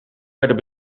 werden